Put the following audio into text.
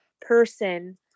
person